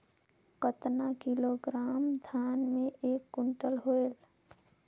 कतना किलोग्राम धान मे एक कुंटल होयल?